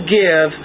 give